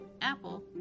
Apple